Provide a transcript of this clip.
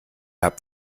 habt